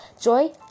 joy